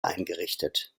eingerichtet